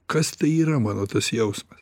kas tai yra mano tas jausmas